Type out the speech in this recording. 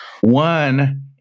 One